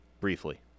briefly